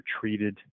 treated